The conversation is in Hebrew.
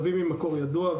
עם מקור ידוע,